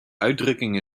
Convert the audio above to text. uitdrukking